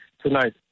tonight